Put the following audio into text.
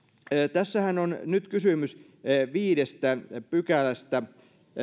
tässähän on nyt kysymys viidestä pykälästä